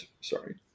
sorry